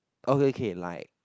okay K like